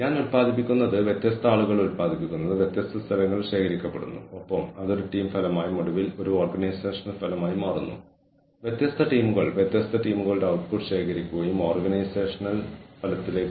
transaction cost അപ്പ്രോച്ചിന്റെ കേന്ദ്ര ആധാരം ജീവനക്കാർക്ക് അവരുടെ പ്രകടനം ഒഴിവാക്കാനോ കുറയ്ക്കാനോ ഉള്ള ശക്തമായ പ്രോത്സാഹനങ്ങൾ ഉണ്ട് അത് ഗ്രൂപ്പിലെ മറ്റുള്ളവരുടെ ശ്രമങ്ങളെ ആശ്രയിക്കുന്നു കൂടാതെ അവരുടെ പ്രകടനം വർദ്ധിപ്പിക്കുന്നതിന് പ്രോത്സാഹന സമ്മാനങ്ങൾ നൽക്കുന്നില്ല